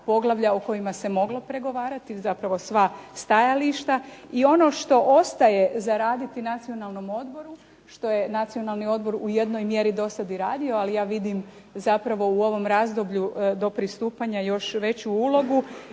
poglavlja o kojima se moglo pregovarati, zapravo sva stajališta. I ono što ostaje za raditi Nacionalnom odboru, što je Nacionalni odbor u jednoj mjeri dosad i radio, ali ja vidim zapravo u ovom razdoblju do pristupanja još veću ulogu,